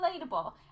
relatable